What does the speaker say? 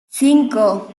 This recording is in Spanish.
cinco